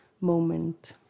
moment